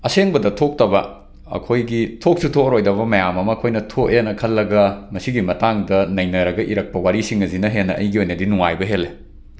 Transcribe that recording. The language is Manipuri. ꯑꯁꯦꯡꯕꯗ ꯊꯣꯛꯇꯕ ꯑꯩꯈꯣꯏꯒꯤ ꯊꯣꯛꯁꯨ ꯊꯣꯛꯂꯔꯣꯏꯗꯕ ꯃꯌꯥꯝ ꯑꯃ ꯑꯩꯈꯣꯏꯅ ꯊꯣꯛꯂꯦꯅ ꯈꯜꯂꯒ ꯃꯁꯤꯒꯤ ꯃꯇꯥꯡꯗ ꯅꯩꯅꯔꯒ ꯏꯔꯛꯄ ꯋꯥꯔꯤꯁꯤꯡ ꯑꯁꯤꯅ ꯍꯦꯟꯅ ꯑꯩꯒꯤ ꯑꯣꯏꯅꯗꯤ ꯅꯨꯡꯉꯥꯏꯕ ꯍꯦꯜꯂꯤ